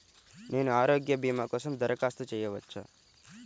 నేను ఆరోగ్య భీమా కోసం దరఖాస్తు చేయవచ్చా?